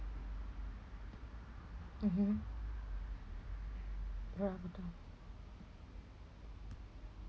mmhmm